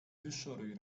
wyszoruj